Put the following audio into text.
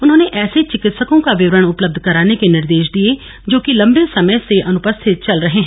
उन्होंने ऐसे चिकित्सकों का विवरण उपलब्ध कराने के निर्देश दिए जो कि लम्बे समय से अनुपस्थित चल रहे हैं